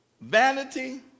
vanity